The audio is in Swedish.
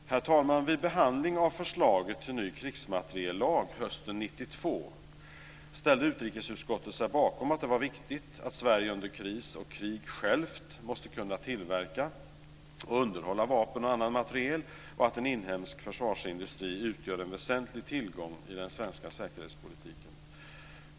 Herr talman! Vid behandling av förslaget till ny krigsmateriellag hösten 1992 ställde utrikesutskottet sig bakom att det är viktigt att Sverige under kris och krig självt måste kunna tillverka och underhålla vapen och annan materiel och att en inhemsk försvarsindustri utgör en väsentlig tillgång i den svenska säkerhetspolitiken.